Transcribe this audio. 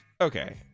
Okay